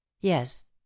Yes